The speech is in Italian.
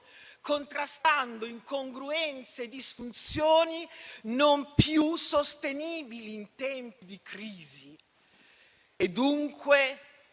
contrastando incongruenze e disfunzioni non più sostenibili in tempi di crisi, dunque